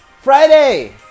Friday